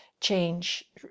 change